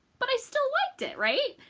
but i still liked it right,